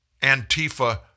Antifa